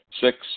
Six